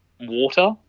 water